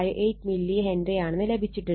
58 millihenry ആണെന്ന് ലഭിച്ചിട്ടുണ്ട്